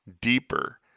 deeper